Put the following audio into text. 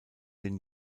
den